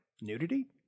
Nudity